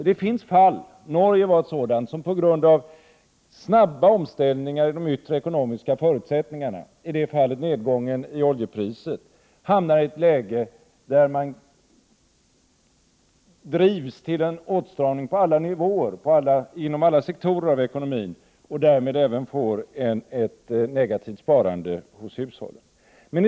Det finns fall — Norge är ett sådant — där man på grund av snabba omställningar i de yttre ekonomiska förutsättningarna — i detta fall nedgången av oljepriset — hamnar i ett läge där man drivs till åtstramning på alla nivåer inom alla sektorer av ekonomin. Därmed får man även ett negativt sparande hos hushållen.